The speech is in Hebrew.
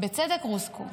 בצדק רוסקו.